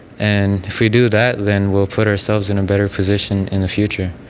and if we do that, then we'll put ourselves in a better position in the future.